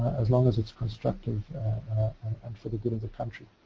as long as it's constructive and for the good of the country.